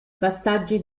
passaggi